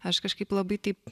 aš kažkaip labai taip